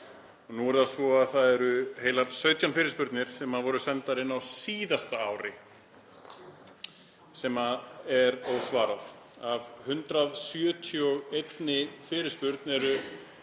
Nú er það svo að það eru heilar 17 fyrirspurnir sem voru sendar inn á síðasta ári sem er ósvarað. Af 171 fyrirspurn eru